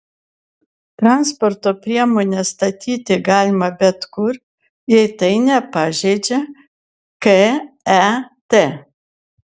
transporto priemones statyti galima bet kur jei tai nepažeidžia ket